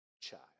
child